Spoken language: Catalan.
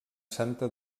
santa